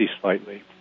slightly